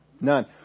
None